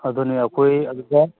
ꯑꯗꯨꯅꯤ ꯑꯩꯈꯣꯏ ꯑꯗꯨꯗ